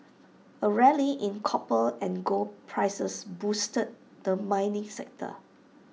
A rally in copper and gold prices boosted the mining sector